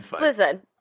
Listen